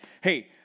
Hey